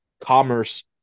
commerce